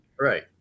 Right